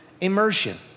immersion